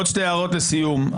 עוד שתי הערות לסיום.